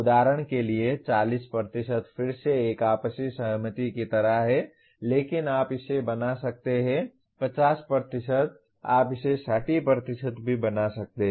उदाहरण के लिए 40 फिर से एक आपसी सहमति की तरह है लेकिन आप इसे बना सकते हैं 50 आप इसे 60 भी बना सकते हैं